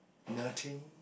nothing